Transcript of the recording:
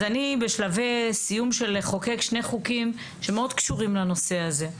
אני בשלבי סיום של לחוקק שני חוקים שמאוד קשורים לנושא הזה.